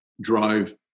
drive